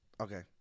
Okay